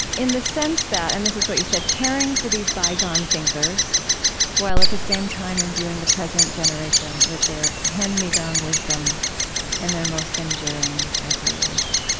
in the sense that and this is what you said caring for these bygone thinkers while at the same time imbuing the present generation with their hand-me-down wisdom and their most enduring ideas.